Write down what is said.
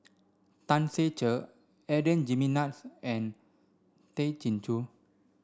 Tan Ser Cher Adan Jimenez and Tay Chin Joo